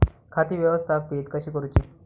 खाती व्यवस्थापित कशी करूची?